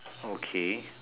okay